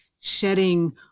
shedding